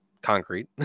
concrete